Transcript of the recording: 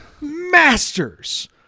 masters